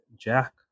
Jack